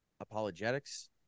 apologetics